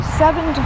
seven